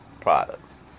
products